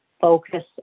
focus